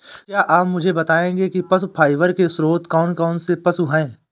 क्या आप मुझे बताएंगे कि पशु फाइबर के स्रोत कौन कौन से पशु हैं?